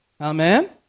Amen